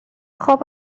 خوب